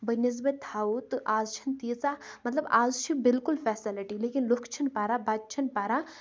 بنسبط تھَوَو تہٕ اَز چھَنہٕ تیٖژاہ مطلب اَز چھِ بالکل فیسَلٕٹی لیکِن لُکھ چھِنہٕ پَران بَچہِ چھِنہٕ پَران